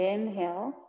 Inhale